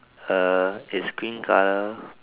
uh is green colour